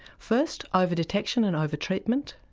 first over-detection and over-treatment,